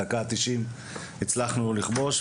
בדקה התשעים הצלחנו לכבוש.